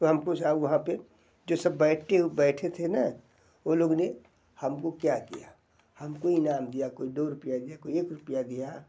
तो हम पूछा वहाँ पर जो सब बैठते वो बैठे थे ना वो लोग ने हम को क्या किया हम को इनाम दिया कोई दो रुपये दिया कोई एक रुपया दिया